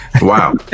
Wow